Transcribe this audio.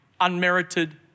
unmerited